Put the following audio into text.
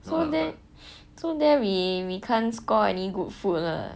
so there we we can't score any good food lah